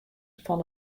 fan